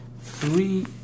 three